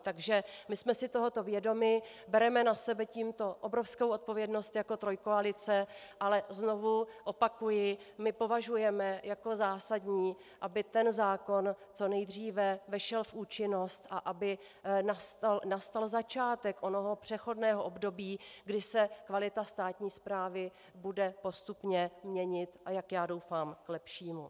Takže my jsme si tohoto vědomi, bereme na sebe tímto obrovskou odpovědnost jako trojkoalice, ale znovu opakuji, považujeme za zásadní, aby zákon co nejdříve vešel v účinnost a aby nastal začátek onoho přechodného období, kdy se kvalita státní správy bude postupně měnit, a jak já doufám, k lepšímu.